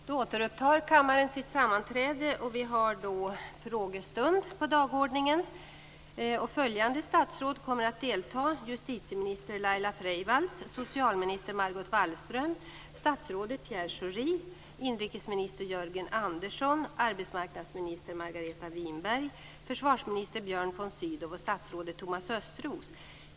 Det är frågestund på dagordningen där följande statsråd deltar: Justitieminister Laila Freivalds, socialminister Margot Wallström, statsrådet Pierre Schori, inrikesminister Jörgen Andersson, arbetsmarknadsminister Margareta Winberg, försvarsminister Björn von Sydow och statsrådet Thomas Östros.